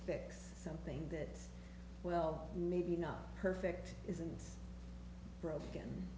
fix something that well maybe not perfect isn't broken